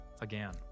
again